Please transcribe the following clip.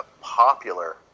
popular